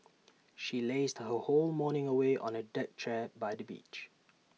she lazed her whole morning away on A deck chair by the beach